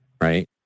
right